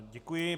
Děkuji.